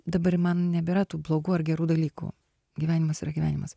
dabar man nebėra tų blogų ar gerų dalykų gyvenimas yra gyvenimas